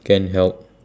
can't help